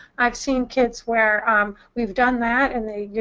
i've seen kids where we've done that, and they, you